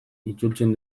itzultzen